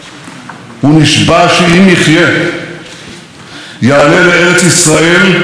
לארץ ישראל כדי להשתתף בתקומת עמנו.